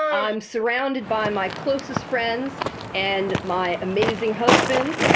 i'm surrounded by my closest friends and my amazing husband.